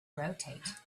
rotate